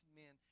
men